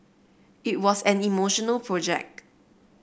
it was an emotional project